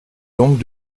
donc